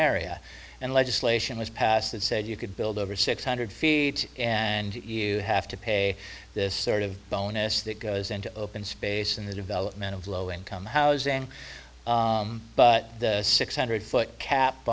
area and legislation was passed that said you could build over six hundred feet and you have to pay this sort of bonus that goes into open space in the development of low income housing but six hundred foot cap